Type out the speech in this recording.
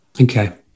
Okay